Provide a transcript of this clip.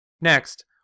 Next